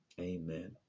amen